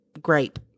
grape